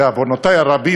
בעוונותי הרבים,